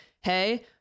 hey